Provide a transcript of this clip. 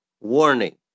Warning